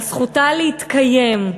על זכותה להתקיים,